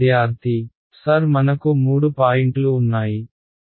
విద్యార్థి సర్ మనకు మూడు పాయింట్లు ఉన్నాయి సూచించు సమయం 0318